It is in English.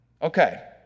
Okay